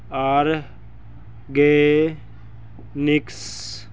organics